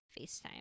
FaceTime